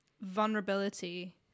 vulnerability